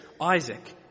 Isaac